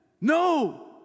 no